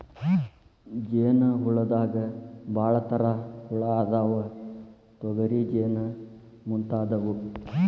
ಜೇನ ಹುಳದಾಗ ಭಾಳ ತರಾ ಹುಳಾ ಅದಾವ, ತೊಗರಿ ಜೇನ ಮುಂತಾದವು